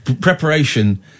preparation